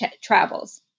travels